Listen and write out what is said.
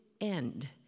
end